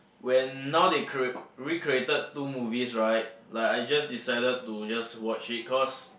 when now they cre~ recreated two movies right like I just decided to just watch it cause